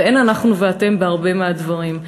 ואין אנחנו ואתם בהרבה מהדברים.